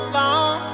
long